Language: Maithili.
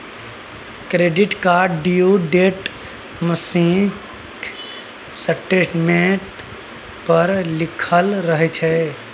क्रेडिट कार्डक ड्यु डेट मासिक स्टेटमेंट पर लिखल रहय छै